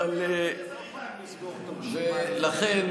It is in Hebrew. לכן,